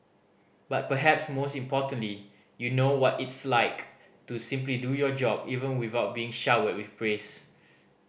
but perhaps most importantly you know what it's like to simply do your job even without being showered with praise